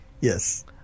Yes